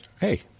Hey